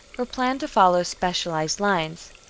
were planned to follow specialized lines.